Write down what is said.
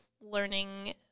learning